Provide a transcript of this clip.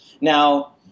Now